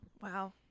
wow